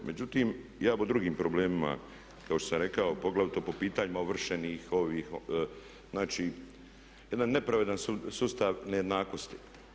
Međutim, ja bih o drugim problemima kao što sam rekao, poglavito po pitanjima ovršenih ovih, znači jedan nepravedan sustav nejednakosti.